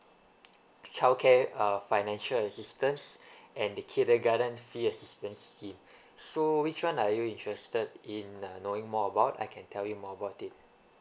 childcare uh financial assistance and the kindergarten fee assistance scheme so which one are you interested in uh knowing more about I can tell you more about it